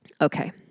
Okay